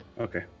Okay